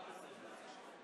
העצומה בגודלה,